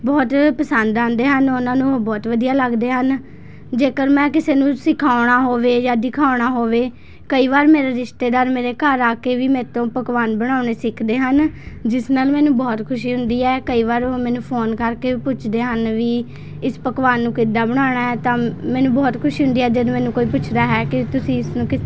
ਬਹੁਤ ਪਸੰਦ ਆਉਂਦੇ ਹਨ ਉਨ੍ਹਾਂ ਨੂੰ ਉਹ ਬਹਤ ਵਧੀਆ ਲੱਗਦੇ ਹਨ ਜੇਕਰ ਮੈਂ ਕਿਸੇ ਨੂੰ ਸਿਖਾਉਣਾ ਹੋਵੇ ਜਾਂ ਦਿਖਾਉਣਾ ਹੋਵੇ ਕਈ ਵਾਰ ਮੇਰੇ ਰਿਸ਼ਤੇਦਾਰ ਮੇਰੇ ਘਰ ਆ ਕੇ ਵੀ ਮੇਤੋਂ ਪਕਵਾਨ ਬਣਾਉਣੇ ਸਿੱਖਦੇ ਹਨ ਜਿਸ ਨਾਲ ਮੈਨੂੰ ਬਹੁਤ ਖੁਸ਼ੀ ਹੁੰਦੀ ਹੈ ਕਈ ਵਾਰ ਉਹ ਮੈਨੂੰ ਫੋਨ ਕਰਕੇ ਪੁੱਛਦੇ ਹਨ ਵੀ ਇਸ ਪਕਵਾਨ ਨੂੰ ਕਿੱਦਾਂ ਬਣਾਉਣਾ ਹੈ ਤਾਂ ਮੈਨੂੰ ਬਹੁਤ ਖੁਸ਼ੀ ਹੁੰਦੀ ਹੈ ਜਦ ਮੈਨੂੰ ਕੋਈ ਪੁੱਛਦਾ ਹੈ ਕਿ ਤੁਸੀਂ ਇਸਨੂੰ ਕਿਸ